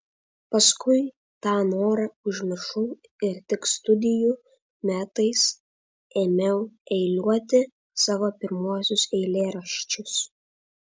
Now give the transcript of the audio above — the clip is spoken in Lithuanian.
paskui tą norą užmiršau ir tik studijų metais ėmiau eiliuoti savo pirmuosius eilėraščius